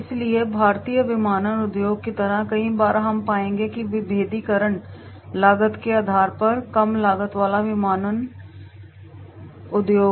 इसलिए भारतीय विमानन उद्योग की तरह कई बार हम पाएंगे कि विभेदीकरण लागत के आधार पर है कम लागत वाला विमानन उद्योग